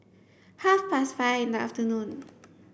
half past five in the afternoon